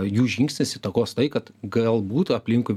jų žingsnis įtakos tai kad galbūt aplinkui